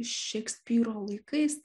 šekspyro laikais